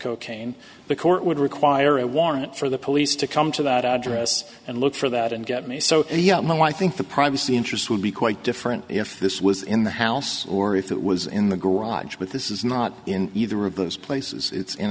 cocaine the court would require a warrant for the police to come to that address and look for that and get me so i think the privacy interest would be quite different if this was in the house or if it was in the garage with this is not in either of those places it's in